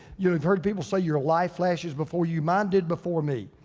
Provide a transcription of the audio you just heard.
you've heard people say your life flashes before you, mine did before me.